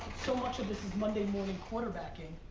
so much of this is monday morning quarterbacking.